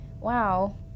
wow